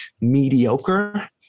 mediocre